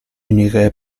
n’irai